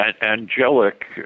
angelic